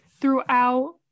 throughout